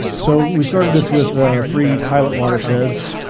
so, we started this with three pilot watersheds,